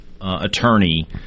attorney